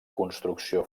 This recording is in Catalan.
construcció